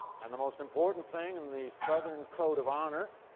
and the most important thing in the southern code of honor,